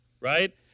right